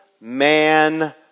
man